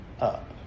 up